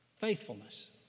faithfulness